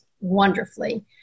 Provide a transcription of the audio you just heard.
wonderfully